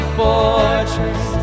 fortress